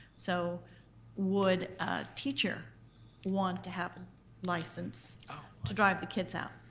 so would a teacher want to have a license to drive the kids out?